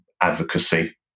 advocacy